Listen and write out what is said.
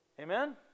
Amen